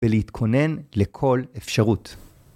‫ולהתכונן לכל אפשרות.